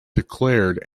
declared